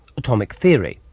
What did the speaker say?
atomic theory,